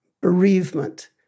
bereavement